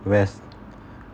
whereas